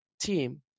team